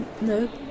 No